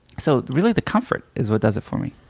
so really the comfort is what does it for me.